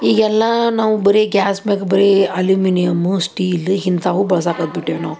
ಈಗೆಲ್ಲ ನಾವು ಬರೀ ಗ್ಯಾಸ್ ಮ್ಯಾಗ ಬರೀ ಅಲ್ಯುಮಿನಿಯಮ್ಮು ಸ್ಟೀಲ್ ಇಂಥವು ಬಳಸಾಕತ್ಬಿಟ್ಟೀವಿ ನಾವು